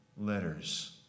letters